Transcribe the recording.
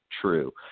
true